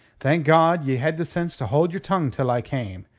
thank god, ye had the sense to hold your tongue till i came.